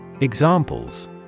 Examples